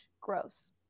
gross